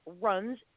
runs